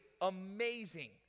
amazing